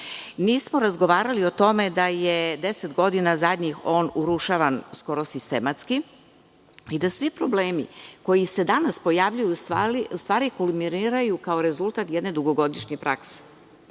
Mi smo razgovarali o tome da je zadnjih 10 godina on urušavan skoro sistematski i da svi problemi koji se danas pojavljuju u stvari kulminiraju kao rezultat jedne dugogodišnje prakse. Ja